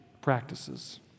practices